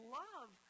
love